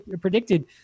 predicted